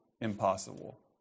impossible